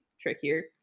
trickier